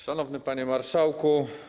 Szanowny Panie Marszałku!